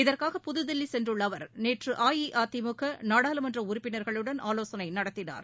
இதற்காக புதுதில்லி சென்றுள்ள அவர் நேற்று அஇஅதிமுக நாடாளுமன்ற உறுப்பினர்களுடன் ஆலோசனை நடத்தினார்